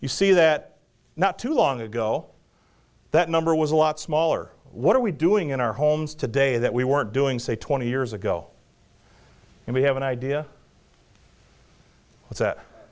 you see that not too long ago that number was a lot smaller what are we doing in our homes today that we weren't doing say twenty years ago and we have an idea it's